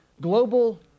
global